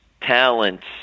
talents